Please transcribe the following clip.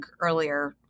earlier